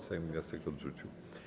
Sejm wniosek odrzucił.